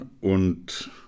und